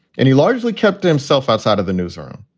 and he largely kept himself outside of the newsroom.